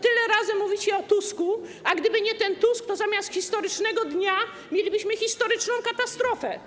Tyle razy mówicie o Tusku, a gdyby nie ten Tusk, to zamiast historycznego dnia mielibyśmy historyczną katastrofę.